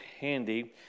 handy